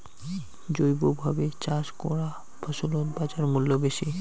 জৈবভাবে চাষ করা ফছলত বাজারমূল্য বেশি